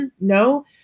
no